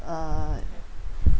uh